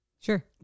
Sure